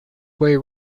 way